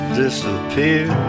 disappear